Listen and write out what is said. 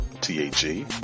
T-A-G